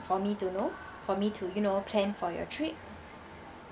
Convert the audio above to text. for me to know for me to you know plan for your trip